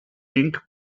ring